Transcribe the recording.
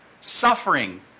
suffering